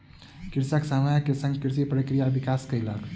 कृषक समय के संग कृषि प्रक्रिया के विकास कयलक